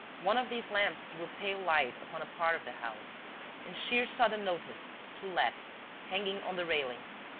one of these lamps threw a pale light upon a part of the house and shears saw the notice to let hanging on the railings,